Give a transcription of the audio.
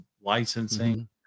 licensing